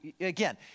again